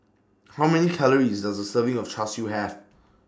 How Many Calories Does A Serving of Char Siu Have